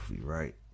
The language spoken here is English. right